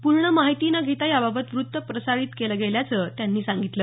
पूर्ण माहिती न घेता याबाबत वृत्त प्रसारीत केल्या गेल्याचं त्यांनी सांगितलं